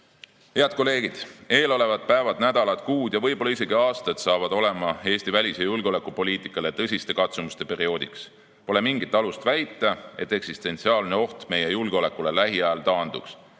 kolleegid! Eelolevad päevad, nädalad, kuud ja võib-olla isegi aastad on Eesti välis- ja julgeolekupoliitikale tõsiste katsumuste perioodiks. Pole mingit alust väita, et eksistentsiaalne oht meie julgeolekule lähiajal taanduks.